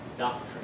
Doctrine